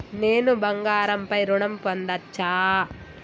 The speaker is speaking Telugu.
నేను బంగారం పై ఋణం పొందచ్చా?